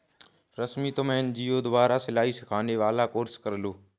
रश्मि तुम एन.जी.ओ द्वारा सिलाई सिखाने वाला कोर्स कर लो